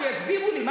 שיסבירו לי,